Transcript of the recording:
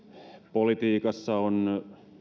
politiikassa on